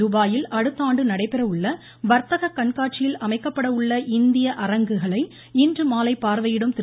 துபாயில் அடுத்த ஆண்டு நடைபெற உள்ள வர்தக கண்காட்சியில் அமைக்கப்பட உள்ள இந்திய அரங்கை இன்றுமாலை பார்வையிடும் திரு